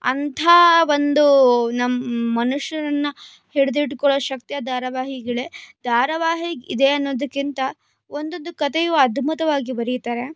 ಅಂಥಾ ಒಂದು ನಮ್ಮ ಮನುಷ್ಯರನ್ನು ಹಿಡಿದಿಟ್ಕೊಳ್ಳೋ ಶಕ್ತಿ ಆ ಧಾರಾವಾಹಿಗಳೇ ಧಾರಾವಾಹಿಗೆ ಇದೆ ಅನ್ನೋದಕ್ಕಿಂತ ಒಂದೊಂದು ಕಥೆಯು ಅದ್ಭುತವಾಗಿ ಬರಿತಾರೆ